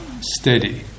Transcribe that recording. steady